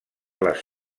les